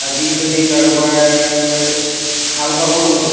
আজি যদি কাৰোবাৰ হাল বাবলৈ